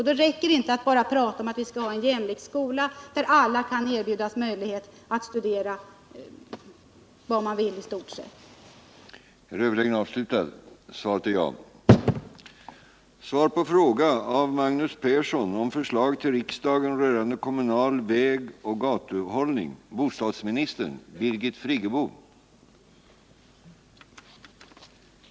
Då räcker det inte att bara tala om att vi skall ha en jämlik skola där alla kan erbjudas möjlighet att studera i stort sett vad de vill.